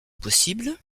possible